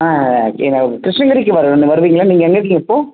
ஆ இங்கே கிருஷ்ணகிரிக்கு வரணும் வருவீங்களா நீங்கள் எங்கே இருக்கீங்க இப்போது